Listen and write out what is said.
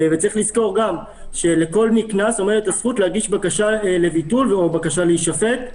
צריך גם לזכור שלכל נקנס עומדת הזכות להגיש בקשה לביטול או בקשה להישפט,